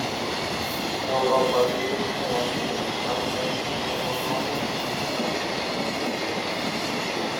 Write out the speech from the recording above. europa turi spręsti svarbią ekonominių imigrantų problemą